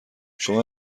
شما